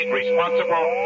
responsible